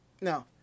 no